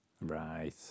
Right